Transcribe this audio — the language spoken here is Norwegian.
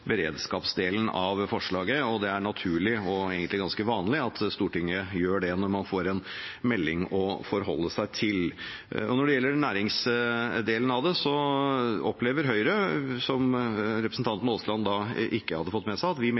beredskapsdelen av forslaget. Det er naturlig og ganske vanlig at Stortinget gjør det når man får en melding å forholde seg til. Når det gjelder næringsdelen av dette, mener Høyre – noe som representanten Aasland ikke hadde fått med seg – at